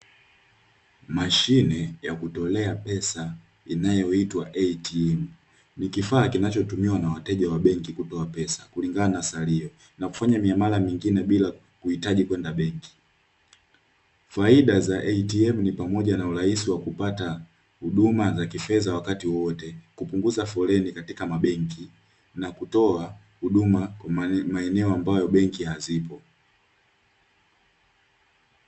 Mashine ya kutolea pesa inayoitwa "ATM" ni kifaa kinachotumiwa na wateja wa benki kutoa pesa kulingana na salio na kufanya miamala mingine bila kuhitaji kwenda benki faida za "ATM" ni pamoja na kupata urahisi wa huduma za kifedha wakati wowote kupunguza foleni katika mabenki na kutoa huduma kwa maeneo ambapo benki hazipo.